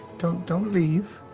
don't, don't leave.